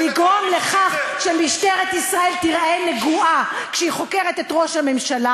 לגרום לכך שמשטרת ישראל תיראה נגועה כשהיא חוקרת את ראש הממשלה.